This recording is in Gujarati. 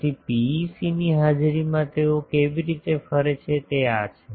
તેથી પીઈસીની હાજરીમાં તેઓ કેવી રીતે ફરે છે તે આ છે